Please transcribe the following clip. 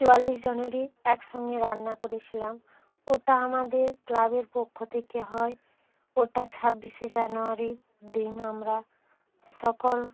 চুয়াল্লিশজনেরই একসঙ্গে রান্না করেছিলাম ওটা আমাদের ক্লাবের পক্ষ থেকে হয় ওটা ছাব্বিশে জানুয়ারির দিন আমরা সকল